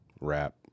rap